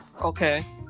Okay